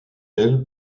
elle